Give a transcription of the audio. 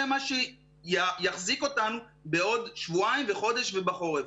מה שיחזיק אותנו בעוד שבועיים וחודש ובחורף.